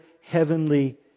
heavenly